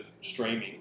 streaming